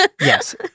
Yes